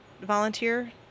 volunteer